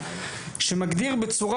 שמגדיר בצורה